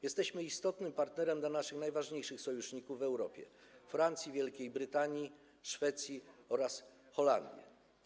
Jesteśmy istotnym partnerem dla naszych najważniejszych sojuszników w Europie: Francji, Wielkiej Brytanii, Szwecji oraz Holandii.